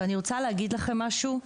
ואני רוצה להגיד לכם משהו: